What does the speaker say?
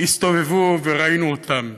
הסתובבו וראינו אותם.